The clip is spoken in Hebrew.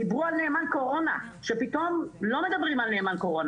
דיברו על נאמן קורונה ופתאום לא מדברים עליו.